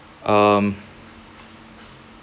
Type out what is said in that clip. um